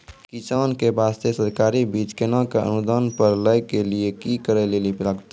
किसान के बास्ते सरकारी बीज केना कऽ अनुदान पर लै के लिए की करै लेली लागतै?